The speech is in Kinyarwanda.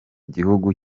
gihugu